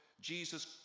Jesus